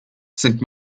sind